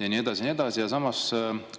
Ja nii edasi ja nii edasi. Samas,